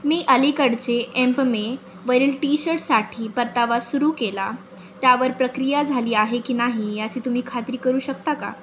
मी अलीकडचे एम्पमेवरील टी शर्टसाठी परतावा सुरू केला त्यावर प्रक्रिया झाली आहे की नाही याची तुम्ही खात्री करू शकता का